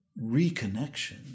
reconnection